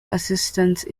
assistance